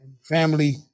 family